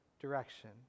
direction